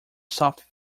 soft